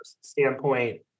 standpoint